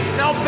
no